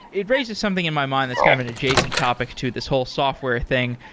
it raises something in my mind that's kind of an adjacent topic to this whole software thing.